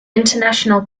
international